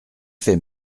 fait